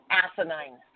asinine